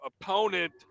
opponent